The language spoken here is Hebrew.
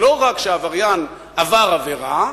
שלא רק שהעבריין עבר עבירה,